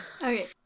Okay